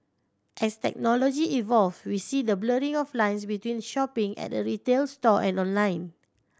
as technology evolve we see the blurring of lines between the shopping at a retail store and online